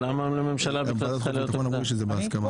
זה גם